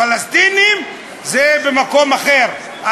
הפלסטינים זה במקום אחר,